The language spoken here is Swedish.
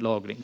lagringen.